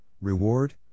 reward